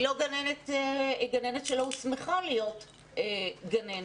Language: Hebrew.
היא גננת שלא הוסמכה להיות גננת.